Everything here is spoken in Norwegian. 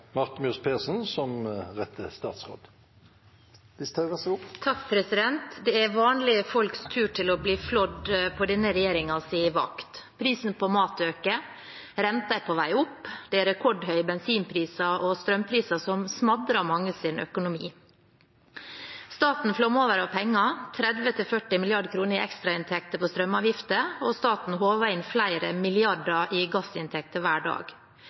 som rette vedkommende. «Det er vanlige folks tur til å bli flådd på denne regjeringens vakt. Prisen på mat øker, renten er på vei opp, det er rekordhøye bensinpriser og strømpriser som smadrer mange sin økonomi. Staten flommer over av penger, 30–40 mrd. kr i ekstrainntekter på strømavgifter, og staten håver inn flere hundre milliarder kroner i gassinntekter hver dag.